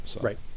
Right